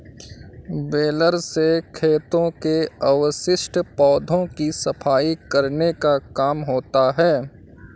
baler से खेतों के अवशिष्ट पौधों की सफाई करने का काम होता है